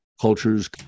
cultures